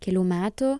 kelių metų